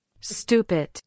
stupid